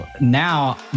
now